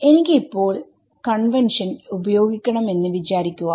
എനിക്ക് ഇപ്പോൾ കൺവെൻഷൻ ഉപയോഗിക്കണം എന്ന് വിചാരിക്കുക